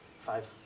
five